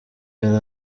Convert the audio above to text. yari